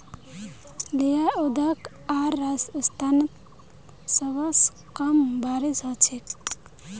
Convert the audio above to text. लेह लद्दाख आर राजस्थानत सबस कम बारिश ह छेक